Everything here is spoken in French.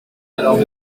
alors